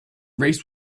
race